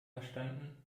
verstanden